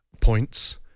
points